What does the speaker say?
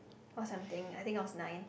or something I think I was nine